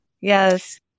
Yes